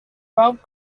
rob